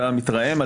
אתה מתרעם?